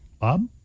Bob